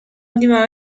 última